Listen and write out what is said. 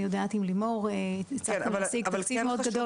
אני יודעת עם לימור הצלחתם להשיג תקציב גדול --- כן,